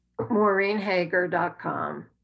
MaureenHager.com